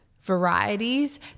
varieties